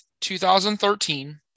2013